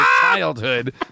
childhood